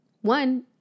one